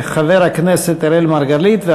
חבר הכנסת אראל מרגלית,